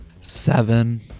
Seven